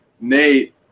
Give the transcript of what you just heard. Nate